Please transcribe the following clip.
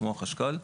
כמו החשכ"ל.